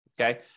Okay